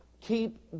keep